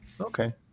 okay